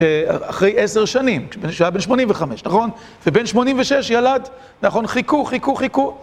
אחרי עשר שנים, שהיה בין שמונים וחמש, נכון? ובין שמונים ושש ילד, נכון? חיכו, חיכו, חיכו.